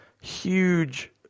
huge